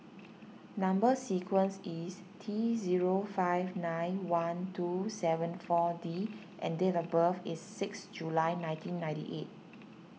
Number Sequence is T zero five nine one two seven four D and date of birth is six July nineteen ninety eight